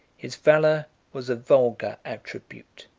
his valor was a vulgar attribute,